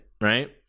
right